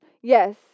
Yes